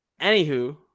anywho